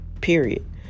period